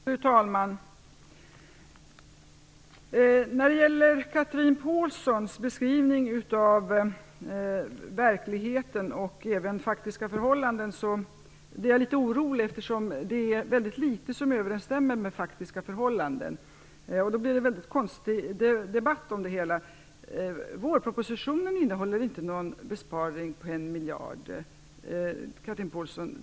Fru talman! När det gäller Chatrine Pålssons beskrivning av verkligheten blir jag faktiskt orolig. Det är väldigt litet som överensstämmer med faktiska förhållanden. Då blir det en litet konstig debatt. Vårpropositionen innehåller inte något förslag om en besparing på 1 miljard, Chatrine Pålsson.